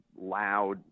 loud